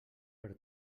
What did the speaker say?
per